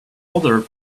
other